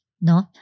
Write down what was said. no